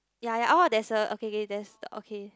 yea yea orh there's a okay k there's okay